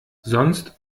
sonst